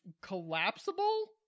collapsible